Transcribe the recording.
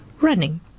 running